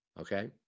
Okay